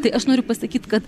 tai aš noriu pasakyt kad